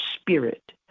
spirit